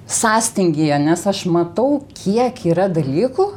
sąstingyje nes aš matau kiek yra dalykų